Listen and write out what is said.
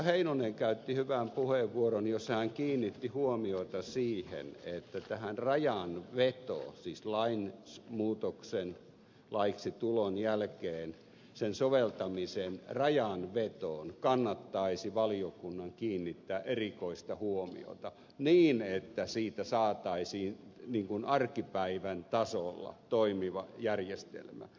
heinonen käytti hyvän puheenvuoron jossa hän kiinnitti huomiota siihen että tähän rajanvetoon siis lainmuutoksen laiksi tulon jälkeen sen soveltamisen rajanvetoon kannattaisi valiokunnan kiinnittää erikoista huomiota niin että siitä saataisiin arkipäivän tasolla toimiva järjestelmä